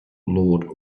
lord